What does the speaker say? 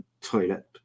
toilet